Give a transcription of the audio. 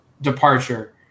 departure